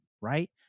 right